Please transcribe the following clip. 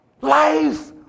Life